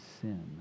sin